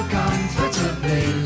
comfortably